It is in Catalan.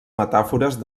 metàfores